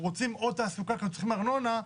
רוצים עוד תעסוקה כי אנחנו רוצים ארנונה,